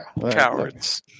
Cowards